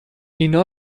اینا